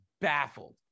baffled